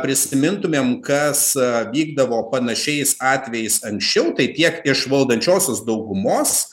prisimintumėm kad vykdavo panašiais atvejais anksčiau tai tiek iš valdančiosios daugumos